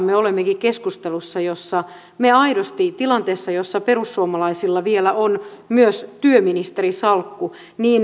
me olemmekin keskustelussa jossa me aidosti tilanteessa jossa perussuomalaisilla vielä on myös työministerin salkku